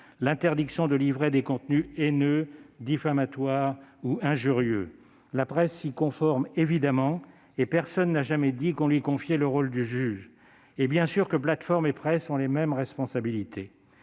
l'interdiction de livrer des contenus haineux, diffamatoires ou injurieux ? La presse s'y conforme évidemment, et personne n'a jamais dit qu'on lui confiait le rôle de juge. Et bien sûr que plateformes et presse ont les mêmes responsabilités.